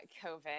COVID